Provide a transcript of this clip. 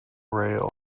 rail